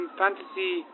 fantasy